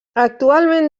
actualment